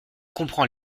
comprend